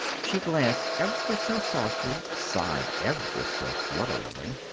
she glanced ever so softly, sighed ever so flutteringly.